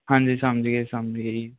ਹਾਂਜੀ ਸਮਝ ਗਏ ਸਮਝ ਗਏ ਜੀ